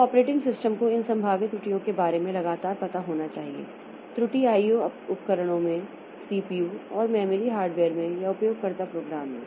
तो operating system को इन संभावित त्रुटियों के बारे में लगातार पता होना चाहिए त्रुटि आईओ उपकरणों में सीपीयू और मेमोरी हार्डवेयर में या उपयोगकर्ता प्रोग्राम में